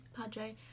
Padre